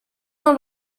not